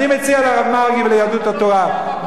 אני מציע לרב מרגי וליהדות התורה,